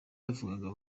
yavugaga